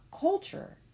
culture